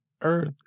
earth